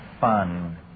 fun